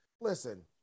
listen